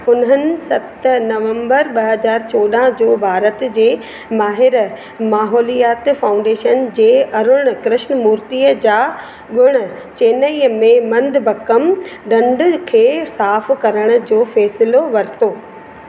उन्हनि सत नवंबर ॿ हज़ार चौडह जो भारत जे माहिर माहौलियात फाउंडेशन जे अरुण कृष्णमूर्ति जा गुण चेन्नई में मदंबक्कम ढंढ खे साफ़ु करण जो फ़ैसिलो वरितो